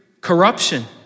corruption